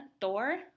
Thor